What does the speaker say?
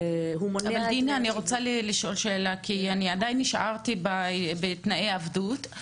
אני רוצה לשאול שאלה כי עדיין נשארתי בתנאי העבדות.